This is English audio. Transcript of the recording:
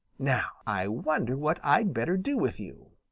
now i wonder what i'd better do with you.